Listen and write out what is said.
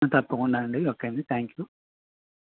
తప్పకుండా అండి ఓకే అండి థాంక్ యూ